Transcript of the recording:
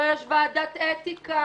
הרי יש ועדת אתיקה,